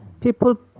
people